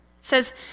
says